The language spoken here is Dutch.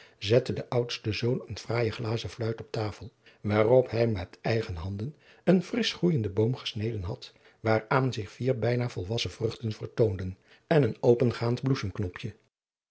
zette de oudste zoon eene fraaije glazen fluit op tafel waarop hij met eigen handen een frisch groeijenden boom gesneden had waaraan zich vier bijna volwassen vruchten vertoonden en een opengaand bloessem